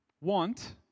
want